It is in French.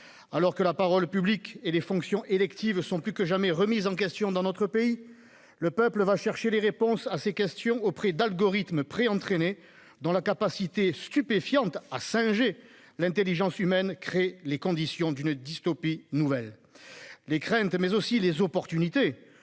Alors que la parole publique et les fonctions électives sont plus que jamais remises en question dans notre pays, le peuple va chercher les réponses à ses questions auprès d'algorithmes pré-entraînés dont la capacité stupéfiante à singer l'intelligence humaine crée les conditions d'une dystopie nouvelle. Les craintes que nous